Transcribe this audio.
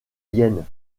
yen